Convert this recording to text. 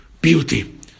beauty